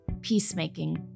peacemaking